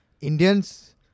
Indians